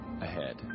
ahead